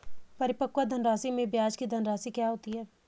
परिपक्व धनराशि में ब्याज की धनराशि क्या होती है?